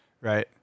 right